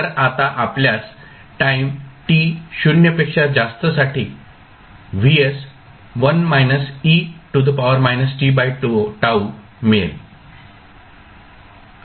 तर आता आपल्यास टाईम t 0 पेक्षा जास्त साठी मिळेल